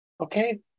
Okay